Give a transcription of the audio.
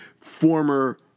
former